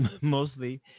mostly